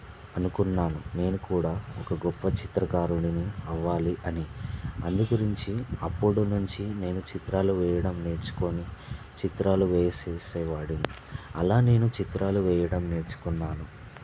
అనుకున్నాను నేనుకూడా ఒక గొప్ప చిత్రకారుడిని అవ్వాలని అందుగురించి అప్పుడ్నుంచి నేను చిత్రాలు వేయడం నేర్చుకుని చిత్రాలు వేసేసేవాడిని అలా నేను చిత్రాలు వేయడం నేర్చుకున్నాను